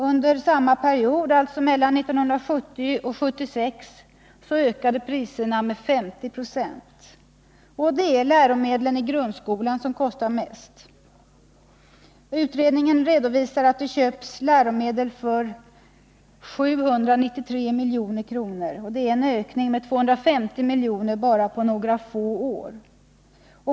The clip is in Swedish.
Under perioden 1970-1976 ökade priserna med 50 96. Det är läromedlen inom grundskolan som kostar mest. Utredningen redovisar att det köps läromedel för 793 milj.kr. —- det är en ökning med 250 miljoner på bara några få år.